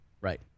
Right